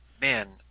Man